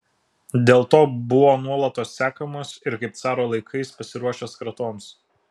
dėl to buvo nuolatos sekamas ir kaip caro laikais pasiruošęs kratoms